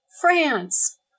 France